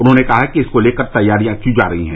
उन्होंने कहा कि इसको लेकर तैयारियां की जा रही है